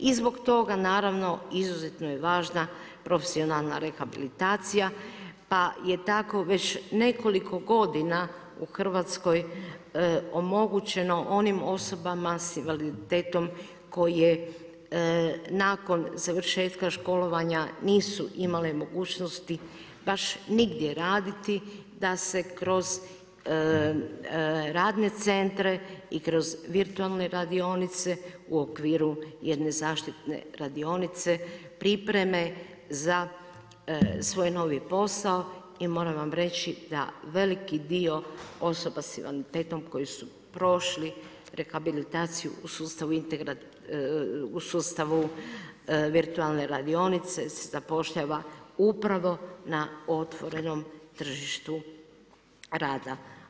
I zbog toga naravno, izuzetno je važna profesionalna rehabilitacija pa je tako već nekoliko godina u Hrvatskoj omogućeno onim osobama sa invaliditetom koje nakon završetka školovanja nisu imale mogućnost baš nigdje raditi da se kroz radne centre i kroz virtualne radionice u okviru jedne zaštitne radionice pripreme za svoj novi posao i moram vam reći da veliki dio osoba sa invaliditetom koji su prošli rehabilitaciju u sustavu virtualne radionice se zapošljava upravo na otvorenom tržištu rada.